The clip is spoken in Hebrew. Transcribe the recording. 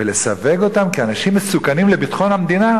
ולסווג אותם כאנשים מסוכנים לביטחון המדינה?